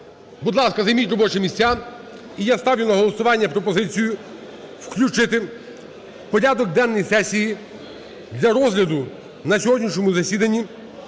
Будь ласка, займіть робочі місця. І я ставлю на голосування пропозицію включити в порядок денний сесії для розгляду на сьогоднішньому засіданні